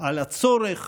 על הצורך